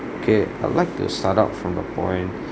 okay I'd like this start up from the point